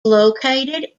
located